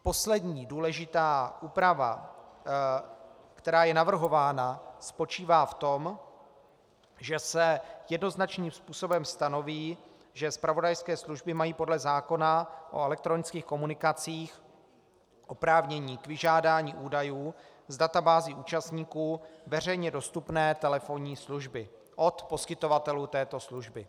Poslední důležitá úprava, která je navrhována, spočívá v tom, že se jednoznačným způsobem stanoví, že zpravodajské služby mají podle zákona o elektronických komunikacích oprávnění k vyžádání údajů z databází účastníků veřejně dostupné telefonní služby od poskytovatelů této služby.